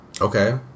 Okay